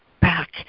back